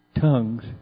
tongues